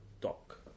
dock